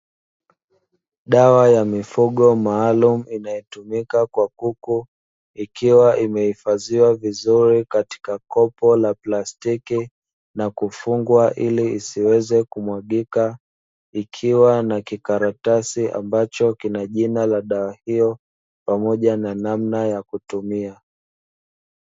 Dawa maalumu inayotumika kwa kuku ikiwa imehifadhiwa vizuri, katika kopo la plastiki na kufungwa ili isiweze kumwagika, ikiwa na kikaratasi ambayo ina jina la dawa hiyo pamoja na namna ya kutumia.